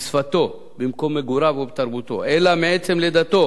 בשפתו, במקום מגוריו או בתרבותו, אלא מעצם לידתו